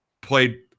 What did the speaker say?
played